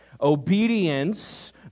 Obedience